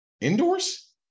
indoors